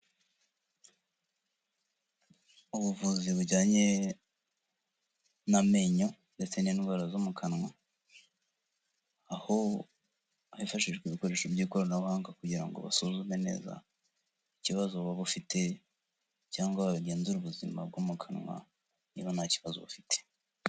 Ubuvuzi bujyanye n'amenyo ndetse n'indwara zo mu kanwa, aho hifashishwa ibikoresho by'ikoranabuhanga kugira ngo basuzume neza ikibazo waba wa ufite cyangwa bagenzure ubuzima bwo mu kanwa niba nta kibazo bufite.